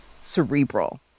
cerebral